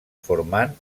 formant